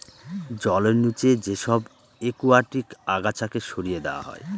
জলের নিচে যে সব একুয়াটিক আগাছাকে সরিয়ে দেওয়া হয়